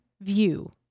view